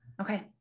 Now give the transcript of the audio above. okay